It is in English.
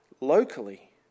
locally